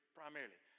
primarily